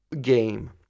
game